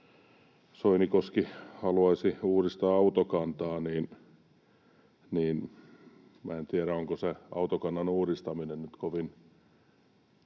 Soinikoski haluaisi uudistaa autokantaa, mutta minä en tiedä, onko se autokannan uudistaminen nyt